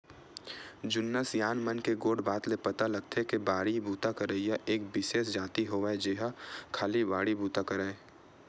जुन्ना सियान मन के गोठ बात ले पता लगथे के बाड़ी बूता करइया एक बिसेस जाति होवय जेहा खाली बाड़ी बुता करय